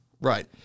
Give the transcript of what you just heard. Right